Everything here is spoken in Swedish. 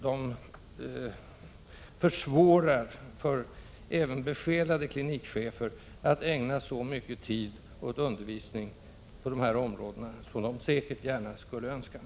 De gör det även för besjälade klinikchefer svårt att ägna så mycken tid åt undervisning som de själva innerst önskar.